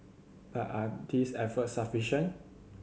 but are these efforts sufficient